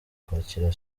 kwakira